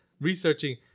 researching